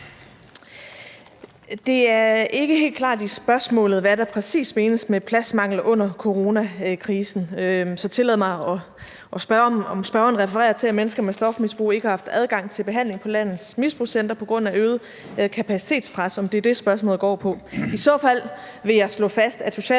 Det er ikke helt klart i spørgsmålet, hvad der præcis menes med »pladsmangel under coronakrisen«. Så jeg tillader mig at spørge om, om spørgeren refererer til, at mennesker med stofmisbrug ikke har haft adgang til behandling på landets misbrugscentre på grund af øget kapacitetspres, altså om det er det, spørgsmålet går på. I så fald vil jeg slå fast, at socialområdet